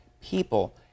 people